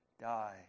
die